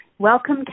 Welcome